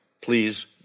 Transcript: Please